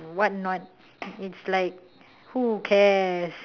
what not it's like who cares